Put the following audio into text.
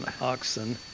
oxen